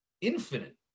infinite